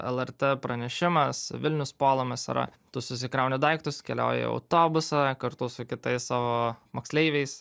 lrt pranešimas vilnius puolamas yra tu susikrauni daiktus keliauji į autobusą kartu su kitais savo moksleiviais